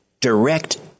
direct